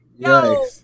Yikes